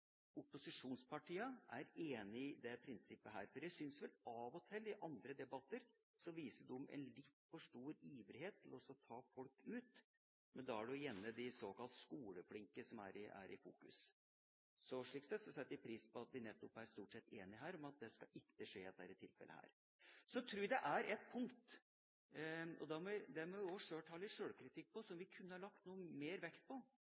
er enig i dette prinsippet, for jeg syns vel av og til i andre debatter at de viser en litt for stor iver etter å ta folk ut. Da er det gjerne de såkalt skoleflinke som er i fokus. Slik sett setter jeg pris på at vi stort sett er enige her om at det ikke skal skje i dette tilfellet. Så tror jeg det er ett punkt – og der må vi sjøl ta litt sjølkritikk – som vi kunne lagt noe mer vekt på.